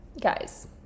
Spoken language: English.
guys